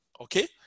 okay